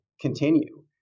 Continue